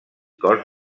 cos